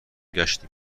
گشتیم